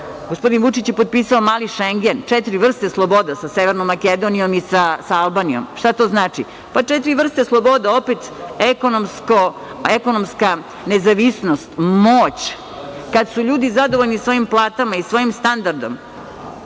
radi. Gospodin Vučić je potpisao „mali Šengen“, četiri vrste sloboda sa Severnom Makedonijom i sa Albanijom. Šta to znači? Pa, četiri vrste sloboda. Opet ekonomska nezavisnost, moć. Kad su ljudi zadovoljni svojim platama i svojim standardom